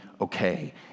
okay